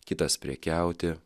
kitas prekiauti